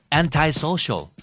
antisocial